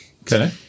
okay